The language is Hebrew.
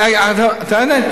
תענה.